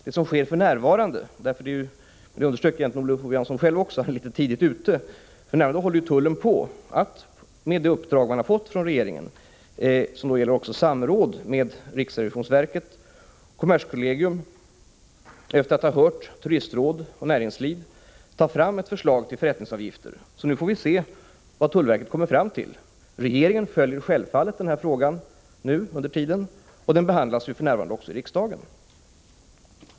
Olof Johansson underströk egentligen också själv att han är litet tidigt ute. För närvarande håller ju tullen på med det uppdrag man har fått från regeringen — som också gäller samråd med riksrevisionsverket och kommerskollegium — att efter att ha hört turistråd och näringsliv ta fram ett förslag till förrättningsavgifter. Nu får vi se vad tullverket kommer fram till. Regeringen följer självfallet frågan under tiden, och den behandlas ju för närvarande också i riksdagen.